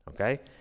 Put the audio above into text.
okay